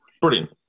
brilliant